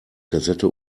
kassette